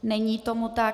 Není tomu tak.